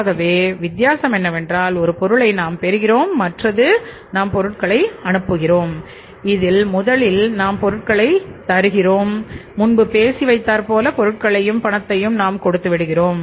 ஆகவே வித்தியாசம் என்னவென்றால் 1 பொருளை நாம் பெறுகிறோம் மற்றது நாம் பொருட்களை அனுப்புகிறோம் இதில் முதலில் நாம் பொருட்களை தருகிறோம் முன்பு பேசி வைத்தாற்போல பொருட்களுக்கான பணத்தையும் நாம் கொடுத்து விடுகிறோம்